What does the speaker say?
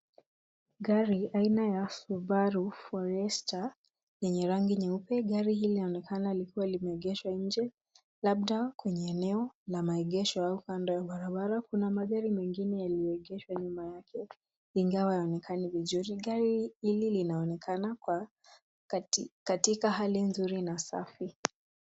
Gari aina ya Subaru Forester yenye rangi nyeupe. Gari hili linaonekana likiwa limeegeshwa nje labda kwenye eneo la maegesho au kando ya barabara. Kuna magari mengine yameegeshwa nyuma yake, ingawa hayaonekani vizuri. Gari hili linaonekana katika hali nzuri na safi.